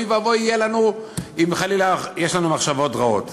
אוי ואבוי יהיה לנו אם חלילה יש לנו מחשבות רעות.